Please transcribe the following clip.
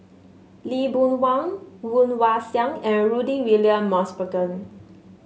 Lee Boon Wang Woon Wah Siang and Rudy William Mosbergen